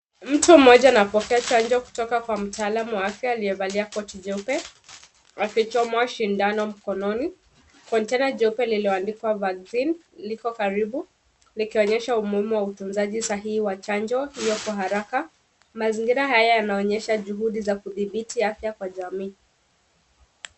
Mtu mmoja anapokea chanjo kutoka kwa mtaalam wa afya aliyevalia koti jeupe, akichomwa sindano mkononi. Konteina jeupe lililoandikwa vaccine liko karibu, likionyesha umuhimu wa utunzaji sahihi wa chanjo hiyo. Kwa haraka, mazingira haya yanaonyesha juhudi za kudhibiti afya kwa jamii.